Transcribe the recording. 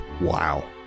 Wow